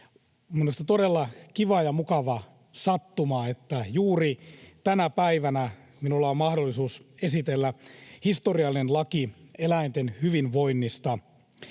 mielestäni todella kiva ja mukava sattuma, että juuri tänä päivänä minulla on mahdollisuus esitellä historiallinen laki eläinten hyvinvoinnista.